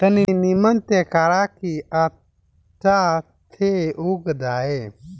तनी निमन से करा की अच्छा से उग जाए